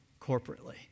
corporately